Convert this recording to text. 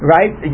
Right